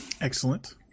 Excellent